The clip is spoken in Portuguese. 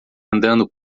andando